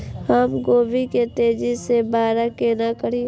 हम गोभी के तेजी से बड़ा केना करिए?